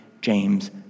James